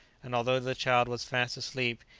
and although the child was fast asleep,